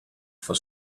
for